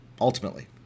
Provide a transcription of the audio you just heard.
ultimately –